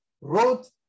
wrote